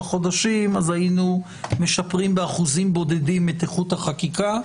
חודשים היינו משפרים באחוזים בודדים את איכות החקיקה.